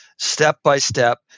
step-by-step